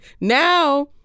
Now